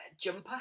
jumper